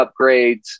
upgrades